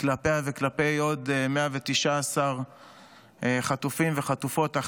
כלפיה וכלפי עוד 119 חטופים וחטופות,